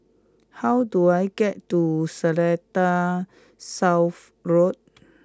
how do I get to Seletar South Road